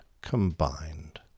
Combined